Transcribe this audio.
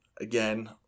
again